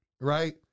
Right